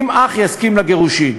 אם אך יסכים לגירושין.